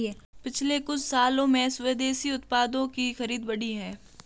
पिछले कुछ सालों में स्वदेशी उत्पादों की खरीद बढ़ी है